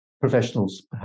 professionals